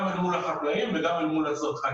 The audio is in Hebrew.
גם אל מול החקלאים וגם אל מול הצרכנים.